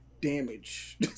damage